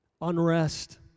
unrest